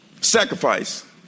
Sacrifice